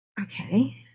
Okay